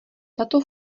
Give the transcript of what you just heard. tato